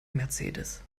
mercedes